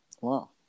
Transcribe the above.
Wow